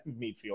midfield